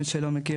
מי שלא מכיר,